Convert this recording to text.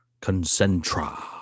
Concentra